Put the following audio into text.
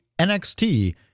NXT